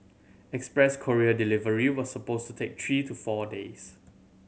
express courier delivery was supposed to take three to four days